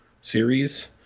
series